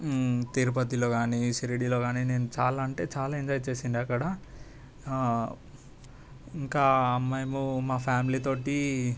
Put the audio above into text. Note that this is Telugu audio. తిరుపతిలో కానీ షిరిడిలో కాని నేను చాలా అంటే చాలా ఎంజాయ్ చేసిండే అక్కడ ఇంకా మేము మా ఫ్యామిలీ తోటి